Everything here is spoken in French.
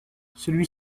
celui